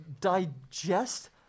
digest